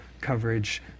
coverage